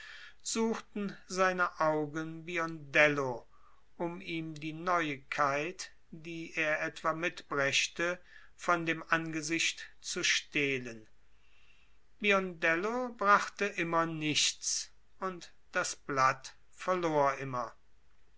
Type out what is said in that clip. suchten seine augen biondello um ihm die neuigkeit die er etwa mitbrächte von dem angesicht zu stehlen biondello brachte immer nichts und das blatt verlor immer